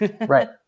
Right